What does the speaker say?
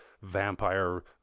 vampire